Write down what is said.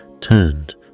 turned